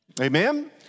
Amen